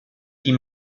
die